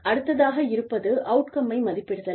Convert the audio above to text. அடுத்ததாக இருப்பது அவுட்கம்மை மதிப்பிடுதல்